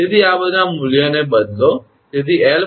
તેથી આ બધા મૂલ્યને બદલો